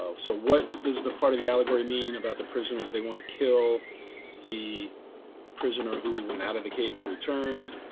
so what does the part of the allegory mean about the prisons? they want to kill the prisoner who went out of the cave and returned.